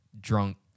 drunk